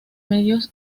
medios